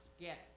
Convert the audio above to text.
get